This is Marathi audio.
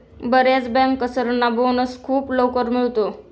बर्याच बँकर्सना बोनस खूप लवकर मिळतो